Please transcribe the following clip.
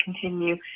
continue